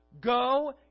Go